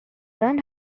learned